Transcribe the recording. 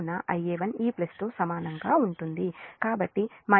కాబట్టి Ia1 ఈ plus తో సమానంగా ఉంటుంది కాబట్టి j 4